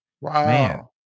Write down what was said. Wow